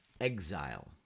exile